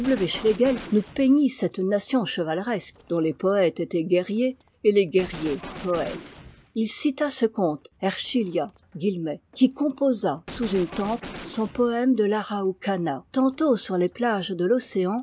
nous peignit cette nation chevateresque dont les poëtes étaient guerriers et les guerriers poëtes i cita ce comte ercilla qui composa sous une tente son poëme de l'araucana tantôt sur les plages de l'ocan